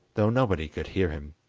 though nobody could hear him